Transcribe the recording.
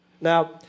Now